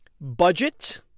Budget